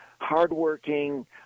hardworking